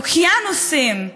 אוקיינוסים,